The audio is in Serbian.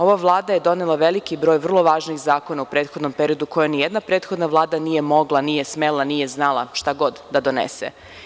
Ova Vlada je donela veliki broj vrlo važnih zakona u prethodnom periodu koje nijedna prethodna Vlada nije mogla, nije smela, nije znala, šta god, da donese.